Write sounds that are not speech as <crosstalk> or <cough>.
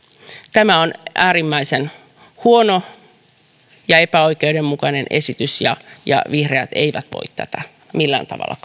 tämä on äärimmäisen huono ja epäoikeudenmukainen esitys ja ja vihreät eivät voi tätä millään tavalla <unintelligible>